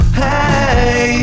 hey